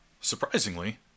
Surprisingly